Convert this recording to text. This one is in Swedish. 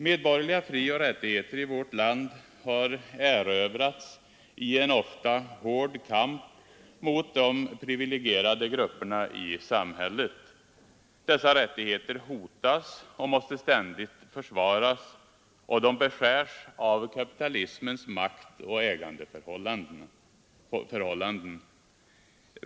Medborgerliga frioch rättigheter i vårt land har erövrats i en ofta hård kamp mot de privilegierade grupperna i samhället. Dessa rättigheter hotas och måste ständigt försvaras, och de beskärs av kapitalismens maktoch ägandeförhållanden.